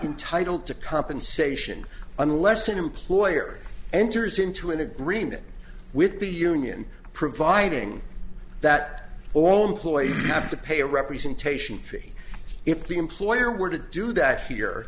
entitled to compensation unless an employer enters into an agreement with the union providing that all mccloy have to pay a representation fee if the employer were to do that here